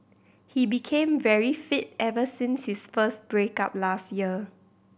he became very fit ever since his first break up last year